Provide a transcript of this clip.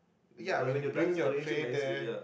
ya when you bring your tray there